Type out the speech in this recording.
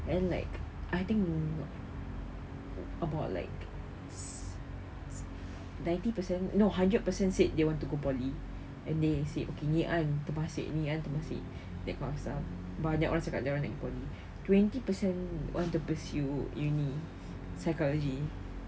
then like I think about like s~ s~ ninety percent not hundred percent said they want to go poly and then you see okay ngee ann temasek ngee ann temasek that kind of stuff bah banyak orang cakap dia nak pergi twenty percent want to pursue uni psychology